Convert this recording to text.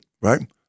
right